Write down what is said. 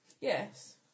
Yes